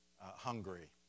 Hungary